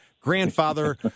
grandfather